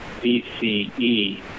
BCE